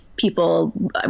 People